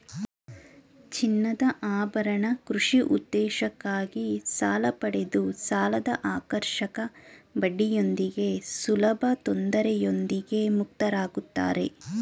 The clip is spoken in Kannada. ಚಿನ್ನದಆಭರಣ ಕೃಷಿ ಉದ್ದೇಶಕ್ಕಾಗಿ ಸಾಲಪಡೆದು ಸಾಲದಆಕರ್ಷಕ ಬಡ್ಡಿಯೊಂದಿಗೆ ಸುಲಭತೊಂದರೆಯೊಂದಿಗೆ ಮುಕ್ತರಾಗುತ್ತಾರೆ